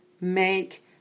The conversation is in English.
make